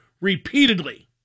repeatedly